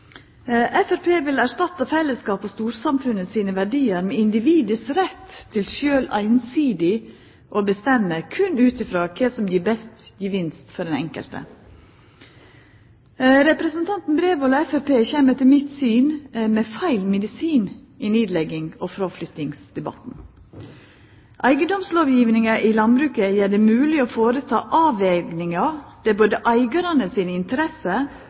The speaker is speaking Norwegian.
Framstegspartiet vil erstatta fellesskapets og storsamfunnets verdiar med individets rett til sjølv å bestemma ut frå kva som gir best gevinst for den enkelte. Representanten Bredvold og Framstegspartiet kjem etter mitt syn med feil medisin i nedleggings- og fråflyttingsdebatten. Eigedomslovgjevinga i landbruket gjer det mogleg å gjera avvegingar der både eigarane sine interesser